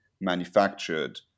manufactured